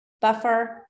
buffer